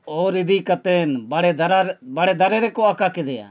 ᱚᱨ ᱤᱫᱤ ᱠᱟᱛᱮᱫ ᱵᱟᱲᱮ ᱫᱟᱨᱟ ᱵᱟᱲᱮ ᱫᱟᱨᱮ ᱨᱮᱠᱚ ᱟᱠᱟ ᱠᱮᱫ ᱠᱮᱫᱮᱭᱟ